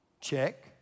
check